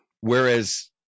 Whereas